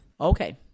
Okay